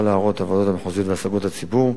להערות הוועדות המחוזיות והשגות הציבור,